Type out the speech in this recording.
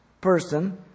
person